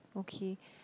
okay